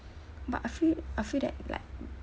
but I feel I feel that like